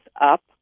up